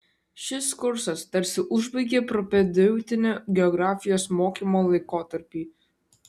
šis kursas tarsi užbaigia propedeutinį geografijos mokymo laikotarpį